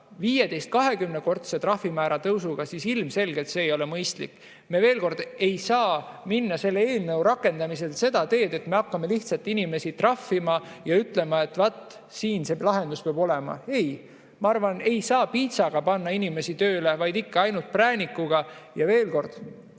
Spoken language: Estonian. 20‑kordse trahvimäära tõusuga, siis see ilmselgelt ei ole mõistlik. Veel kord: me ei saa minna selle eelnõu rakendamisel seda teed, et me hakkame lihtsalt inimesi trahvima ja ütlema, et vat, siin peab see lahendus olema. Ei, ma arvan, et ei saa piitsaga panna inimesi tööle, vaid ikka ainult präänikuga. Kui on